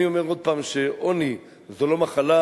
אני אומר עוד פעם שעוני זה לא מחלה,